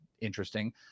interesting